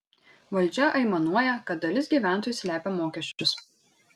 valdžia aimanuoja kad dalis gyventojų slepia mokesčius